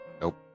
Nope